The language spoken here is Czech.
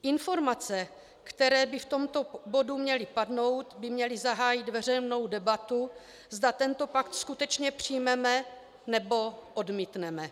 Informace, které by v tomto bodu měly padnout, by měly zahájit veřejnou debatu, zda tento pakt skutečně přijmeme, nebo odmítneme.